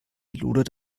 lodert